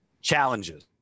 challenges